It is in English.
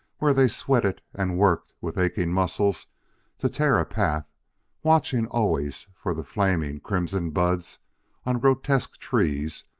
where they sweated and worked with aching muscles to tear a path watching always for the flaming, crimson buds on grotesque trees,